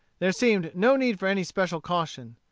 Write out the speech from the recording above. there seemed no need for any special caution.